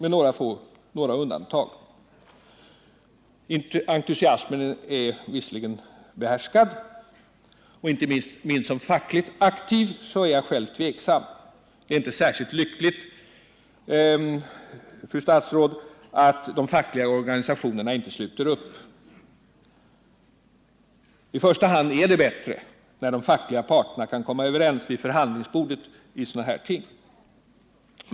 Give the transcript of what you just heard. Entusiasmen är visserligen behärskad, och inte minst som fackligt aktiv är jag själv tveksam. Det är inte särskilt lyckligt, fru statsråd, att de fackliga organisationerna inte sluter upp. Det är bättre när de fackliga parterna vid förhandlingsbordet kan komma överens i sådana här frågor.